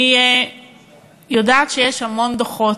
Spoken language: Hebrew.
אני יודעת שיש המון דוחות,